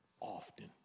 often